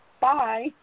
Bye